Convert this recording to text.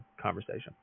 conversation